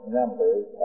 numbers